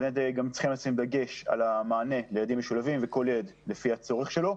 גם צריכים לשים דגש על המענה לילדים משולבים וכל ילד לפי הצורך שלו.